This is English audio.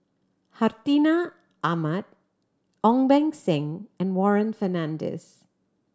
Hartinah Ahmad Ong Beng Seng and Warren Fernandez